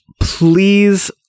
please